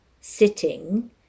sitting